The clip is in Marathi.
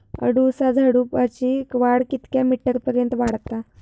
अडुळसा झुडूपाची वाढ कितक्या मीटर पर्यंत वाढता?